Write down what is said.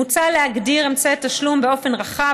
מוצע להגדיר אמצעי תשלום באופן רחב,